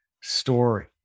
story